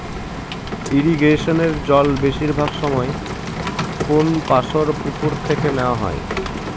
ইরিগেশনের জল বেশিরভাগ সময় কোনপাশর পুকুর থেকে নেওয়া হয়